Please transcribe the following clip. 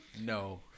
No